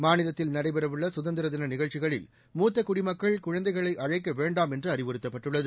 மாநிலத்தில் நடைபெறவுள்ள சுதந்திர தின நிகழ்ச்சிகளில் மூத்த குடிமக்கள் குழந்தைகளை அழைக்க வேண்டாம் என்று அறிவுறுத்தப்பட்டுள்ளது